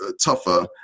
tougher